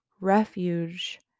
refuge